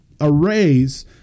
arrays